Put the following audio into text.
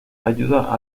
ayuda